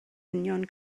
union